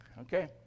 okay